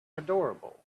adorable